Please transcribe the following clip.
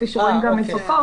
כפי שרואים גם מתוכו,